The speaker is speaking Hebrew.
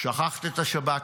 שכחת את השב"כ.